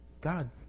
God